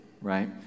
right